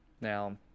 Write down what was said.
now